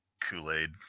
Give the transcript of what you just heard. Kool-Aid